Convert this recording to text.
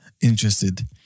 interested